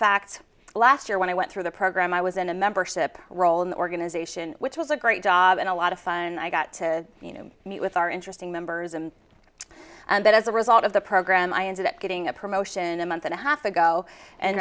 fact last year when i went through the program i was in a membership role in the organization which was a great job and a lot of fun and i got to meet with our interesting members and and that as a result of the program i ended up getting a promotion a month and a half ago and